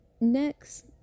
next